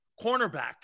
cornerback